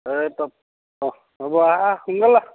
তপ অঁ হ'ব আহ আহ সোনকালে আহ